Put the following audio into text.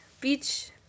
Beach